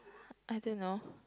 I don't know